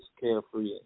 carefree